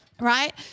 Right